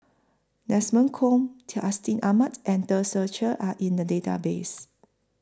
Desmond Kon Amat and Tan Ser Cher Are in The Database